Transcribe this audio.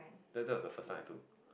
then that was the first one I took